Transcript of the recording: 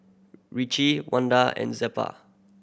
Richie Wanda and Zelpha